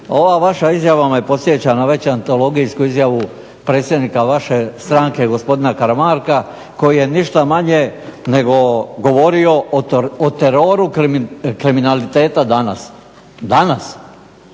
Ova vaša izjava me podsjeća na već antologijsku izjavu predsjednika vaše stranke gospodina Karamarka koji je ništa manje nego govorio o teroru kriminaliteta danas. Danas